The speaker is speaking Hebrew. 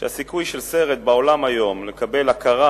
שהסיכוי של סרט בעולם היום לקבל הכרה